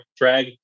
drag